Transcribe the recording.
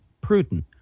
prudent